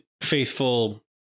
faithful